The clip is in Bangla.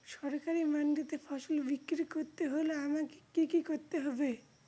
সরকারি মান্ডিতে ফসল বিক্রি করতে হলে আমাকে কি কি করতে হবে?